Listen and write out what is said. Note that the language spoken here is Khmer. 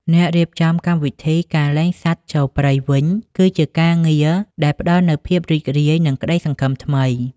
អ្នករៀបចំកម្មវិធី "ការលែងសត្វចូលព្រៃវិញ" គឺជាការងារដែលផ្តល់នូវភាពរីករាយ និងក្តីសង្ឃឹមថ្មី។